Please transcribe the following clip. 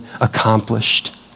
accomplished